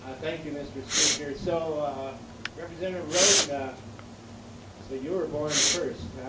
ah thank you mr. speaker so representative rodent ah so you were born first, huh?